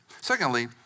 Secondly